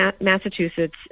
Massachusetts